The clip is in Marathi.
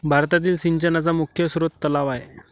भारतातील सिंचनाचा मुख्य स्रोत तलाव आहे